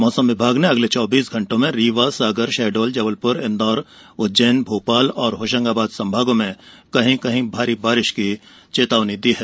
मौसम विभाग ने अगले चौबीस घण्टों में रीवा सागर शहडोल जबलपुर इंदौर उज्जैन भोपाल और होशंगाबाद संभागों में कहीं कहीं भारी बारिश की चेतावनी दी है